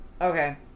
Okay